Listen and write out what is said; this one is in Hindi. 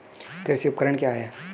कृषि उपकरण क्या है?